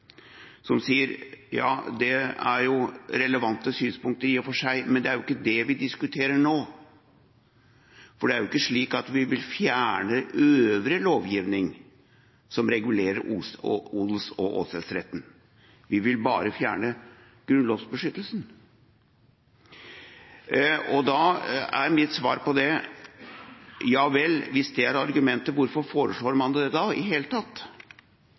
som sier: Ja, det er jo relevante synspunkter i og for seg, men det er ikke det vi diskuterer nå, for det er ikke slik at vi vil fjerne øvrig lovgivning som regulerer odels- og åsetesretten, vi vil bare fjerne grunnlovsbeskyttelsen. Da er mitt svar på det: Ja vel, hvis det er argumentet, hvorfor foreslår man da i det hele tatt